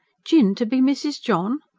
jinn to be mrs. john.